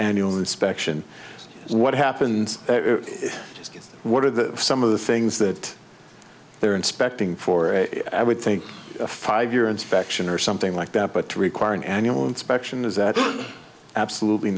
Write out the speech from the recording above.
annual inspection what happens just what are the some of the things that they're inspecting for i would think a five year inspection or something like that but to require an annual inspection is that absolutely